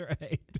Right